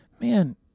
man